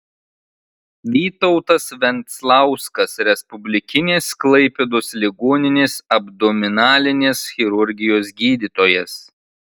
vytautas venclauskas respublikinės klaipėdos ligoninės abdominalinės chirurgijos gydytojas